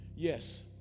Yes